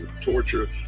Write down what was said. torture